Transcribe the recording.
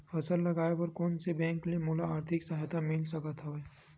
फसल लगाये बर कोन से बैंक ले मोला आर्थिक सहायता मिल सकत हवय?